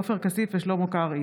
עופר כסיף ושלמה קרעי